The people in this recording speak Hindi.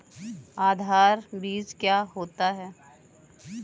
आधार बीज क्या होता है?